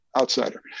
outsider